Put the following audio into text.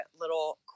little